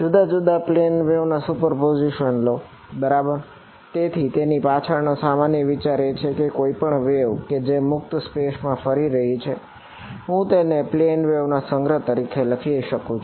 જુદા જુદા પ્લેન વેવના સુપરપોઝિશન ના સંગ્રહ તરીકે લખી શકું છું